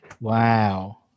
wow